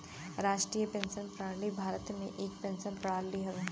राष्ट्रीय पेंशन प्रणाली भारत में एक पेंशन प्रणाली हौ